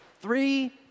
Three